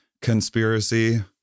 conspiracy